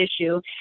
issue